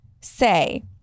say